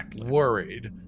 worried